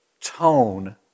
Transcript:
Tone